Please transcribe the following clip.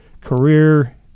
career